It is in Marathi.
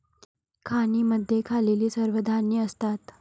खाणींमध्ये खाल्लेली सर्व धान्ये असतात